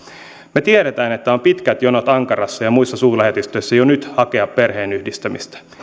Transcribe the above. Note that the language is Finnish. me tiedämme että jo nyt ankarassa ja muissa suurlähetystöissä on pitkät jonot hakea perheenyhdistämistä